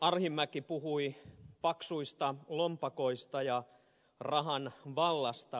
arhinmäki puhui paksuista lompakoista ja rahan vallasta